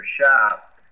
shop